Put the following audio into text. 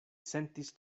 sentis